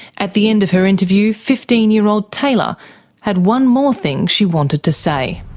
at the end of her interview, fifteen year old taylor had one more thing she wanted to say.